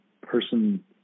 person